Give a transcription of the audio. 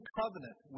covenant